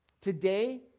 Today